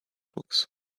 books